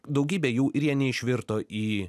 daugybė jų ir jie neišvirto į